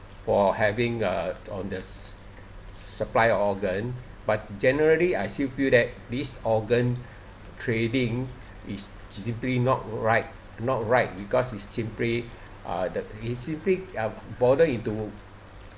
for having uh on the supply organ but generally I still feel that this organ trading is simply not right not right because it's simply uh the it's simply uh border into